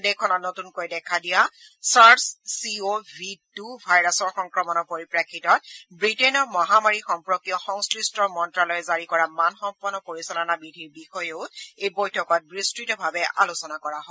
দেশখনত নতুনকৈ দেখা দিয়া SARS C O V two ভাইৰাছৰ সংক্ৰমণৰ পৰিপ্ৰেক্ষিতত ৱিটেইনৰ মহামাৰী সম্পৰ্কীয় সংশ্লিষ্ট মন্ত্যালয়ে জাৰি কৰা মানসম্পন্ন পৰিচালনা বিধিৰ বিষয়েও এই বৈঠকত বিস্ততভাৱে আলোচনা কৰা হয়